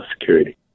security